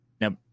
now